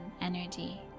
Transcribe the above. energy